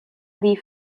des